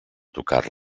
tocar